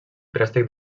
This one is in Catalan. préstec